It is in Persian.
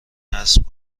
نصب